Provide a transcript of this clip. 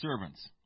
servants